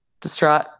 distraught